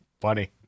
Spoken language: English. funny